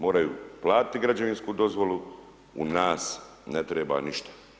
Moraju platiti građevinsku dozvolu u nas ne treba ništa.